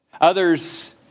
Others